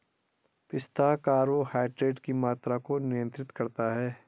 पिस्ता कार्बोहाइड्रेट की मात्रा को नियंत्रित करता है